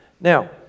Now